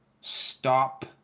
Stop